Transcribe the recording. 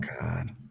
god